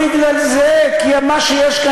כשיש מונופול אף אחד לא בא.